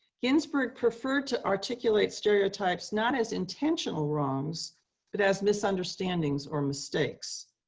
ginsburg preferred to articulate stereotypes not as intentional wrongs but as misunderstandings or mistakes.